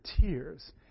tears